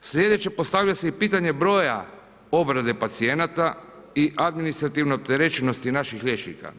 Slijedeće, postavlja se i pitanje broja obrade pacijenata i administrativne opterećenosti naših liječnika.